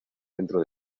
dentro